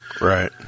right